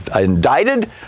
indicted